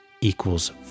equals